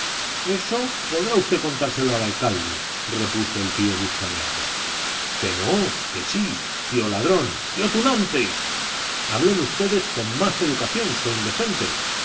eso podrá usted contárselo al alcalde repuso el tío buscabeatas que no que sí tío ladrón tío tunante hablen ustedes con más educación so indecentes